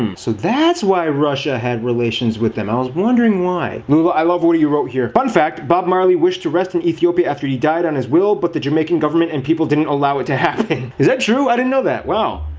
so that's why russia had relations with them. i was wondering why. lula, i love what you wrote here fun fact bob marley wished to rest in ethiopia after he died on his will, but the jamaican government and people didn't allow it to happen. is that true? i didn't know that, wow.